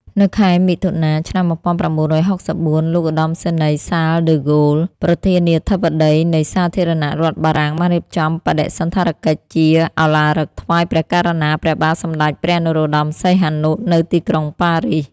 នៅខែមិថុនា ឆ្នាំ១៩៦៤ លោកឧត្តមសេនីយ៍ សាល ដឺហ្គោល ប្រធានាធិបតីនៃសាធារណរដ្ឋបារាំងបានរៀបចំបដិសណ្ឋារកិច្ចជាឧឡារិកថ្វាយ ព្រះករុណា ព្រះបាទសម្តេចព្រះនរោត្តម សីហនុ នៅទីក្រុងប៉ារីស។